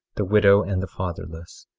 the widow and the fatherless,